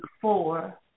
four